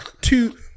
two